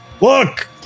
look